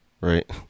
right